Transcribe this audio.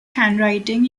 handwriting